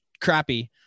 crappy